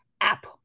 app